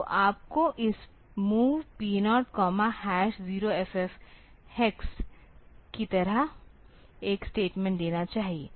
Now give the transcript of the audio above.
तो आपको इस MOV P0 0FF हेक्स की तरह एक स्टेटमेंट देना चाहिए